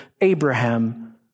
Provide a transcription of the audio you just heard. Abraham